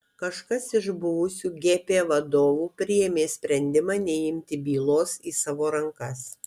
kažkas iš buvusių gp vadovų priėmė sprendimą neimti bylos į savo rankas